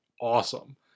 awesome